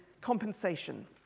compensation